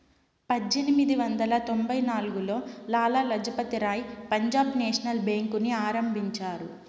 పజ్జేనిమిది వందల తొంభై నాల్గులో లాల లజపతి రాయ్ పంజాబ్ నేషనల్ బేంకుని ఆరంభించారు